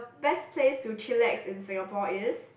best place to chillax in Singapore is